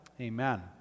Amen